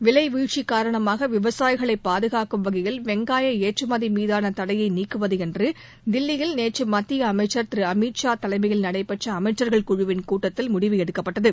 விலை வீழ்ச்சி காரணமாக விவசாயிகளை பாதுகாக்கும் வகையில் வெங்காய ஏற்றுமதி மீதான தடையை நீக்குவது என்று தில்லியில் நேற்று மத்திய அமைச்சர் திரு அமித் ஷா தலைமையில் நடைபெற்ற அமைச்சர்கள் குழுவின் கூட்டத்தில் முடிவு எடுக்கப்பட்டது